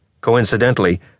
Coincidentally